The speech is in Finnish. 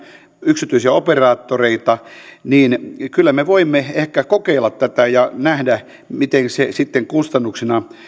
yksityisiä operaattoreita niin kyllä me voimme ehkä kokeilla tätä ja nähdä miten se sitten kustannuksina